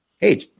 Hey